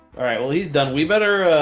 well, he's done we better ah,